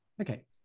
okay